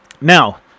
now